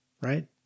Right